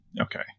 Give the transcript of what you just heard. Okay